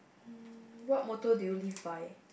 hmm what motto do you live by